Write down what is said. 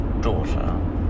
daughter